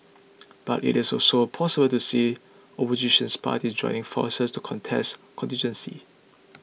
but it is also possible to see oppositions parties joining forces to contest constituencies